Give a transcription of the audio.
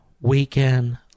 weekend